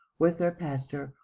with their pastor,